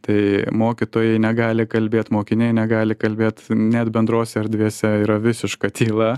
tai mokytojai negali kalbėt mokiniai negali kalbėt net bendrose erdvėse yra visiška tyla